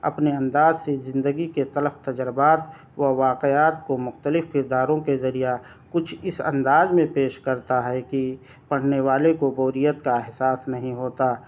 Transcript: اپنے انداز سے زندگی کے تلخ تجربات و واقعات کو مختلف کرداروں کے ذریعہ کچھ اس انداز میں پیش کرتا ہے کہ پڑھنے والے کو بوریت کا احساس نہیں ہوتا